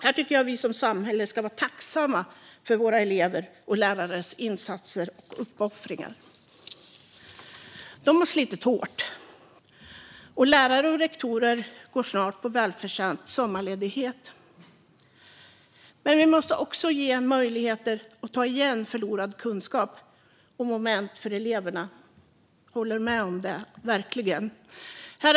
Här tycker jag att vi som samhälle ska vara tacksamma för våra elevers och lärares insatser och uppoffringar. De har slitit hårt, och lärare och rektorer går snart på välförtjänt sommarledighet. Vi måste ge eleverna möjlighet att ta igen förlorade kunskaper och moment. Det håller jag verkligen med om.